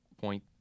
point